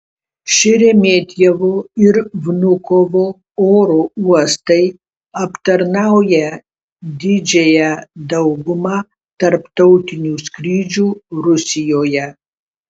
šeremetjevo ir vnukovo oro uostai aptarnaują didžiąją daugumą tarptautinių skrydžių rusijoje